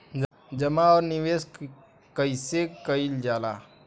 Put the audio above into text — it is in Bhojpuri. जमा और निवेश कइसे कइल जाला?